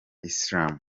islam